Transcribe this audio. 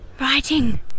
Writing